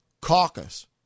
caucus